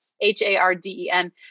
H-A-R-D-E-N